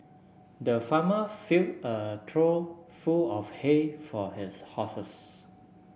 the farmer fill a trough full of hay for his horses